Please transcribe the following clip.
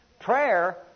Prayer